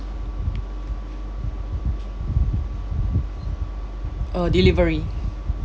uh delivery